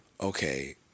okay